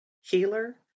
healer